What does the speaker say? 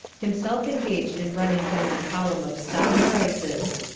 himself engaged in running down the column of stock prices.